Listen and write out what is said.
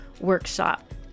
workshop